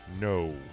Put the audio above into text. No